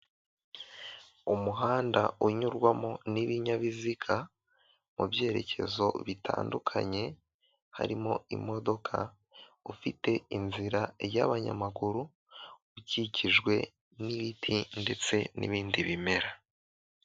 Umuhanda unyurwamo n'ibinyabiziga mu byerekezo bitandukanye harimo imodoka, ufite inzira y'abanyamaguru ukikijwe n'ibiti ndetse n'ibindi bimera.